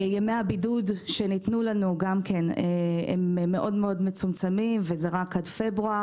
ימי הבידוד שניתנו לנו הם מאוד מצומצמים וזה רק על פברואר.